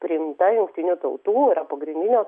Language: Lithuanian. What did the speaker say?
priimta jungtinių tautų yra pagrindinio